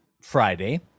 Friday